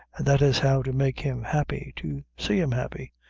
that is how to make him happy to see him happy.